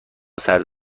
سرد